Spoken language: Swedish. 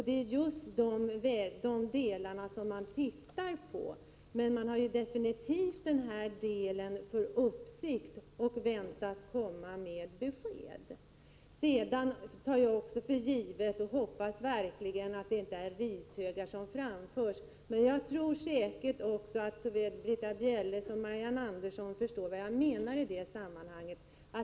Det är just dessa alternativ som man ser på, och man har definitivt den här frågan under uppsikt och väntas komma med besked. Jag tar också för givet och hoppas verkligen att det inte är rishögar som framförs på vägarna. Men jag tror säkert att såväl Britta Bjelle som Marianne Andersson förstod vad jag menade.